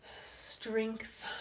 strength